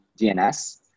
DNS